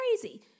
crazy